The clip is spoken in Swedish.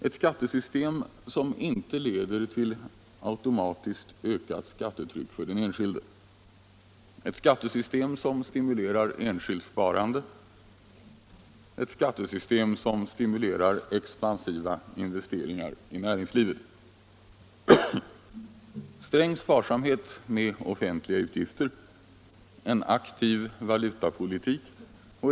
Ett skattesystem som inte leder till automatiskt ökat skattetryck för den enskilde. 2. Ett skattesystem som stimulerar enskilt sparande. 3. Ett skattesystem som stimulerar expansiva investeringar i näringslivet. 5. En aktiv valutapolitik. 6.